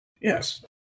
Yes